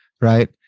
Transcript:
right